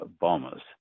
bombers